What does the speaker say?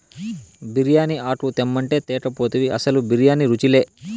బిర్యానీ ఆకు తెమ్మంటే తేక పోతివి అసలు బిర్యానీ రుచిలే